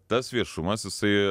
tas viešumas jisai